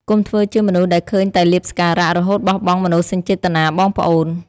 កុំធ្វើជាមនុស្សដែលឃើញតែលាភសក្ការៈ រហូតបោះបង់មនោសញ្ចេតនាបងប្អូន។